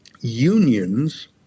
unions